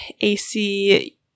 AC